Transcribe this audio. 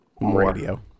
Radio